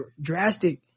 drastic